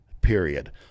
period